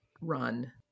run